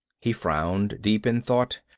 he frowned, deep in thought.